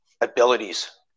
abilities